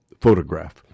photograph